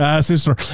sister